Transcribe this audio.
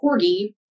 corgi